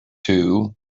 two